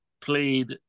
played